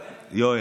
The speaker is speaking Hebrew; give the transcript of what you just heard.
יואל?